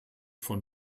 von